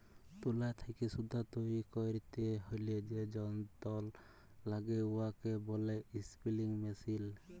তুলা থ্যাইকে সুতা তৈরি ক্যইরতে হ্যলে যে যল্তর ল্যাগে উয়াকে ব্যলে ইস্পিলিং মেশীল